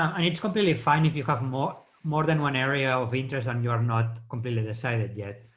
um and it's completely fine if you have more more than one area of interest and you're not completely decided yet,